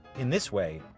in this way,